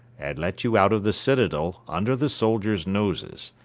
and let you out of the citadel, under the soldiers' noses.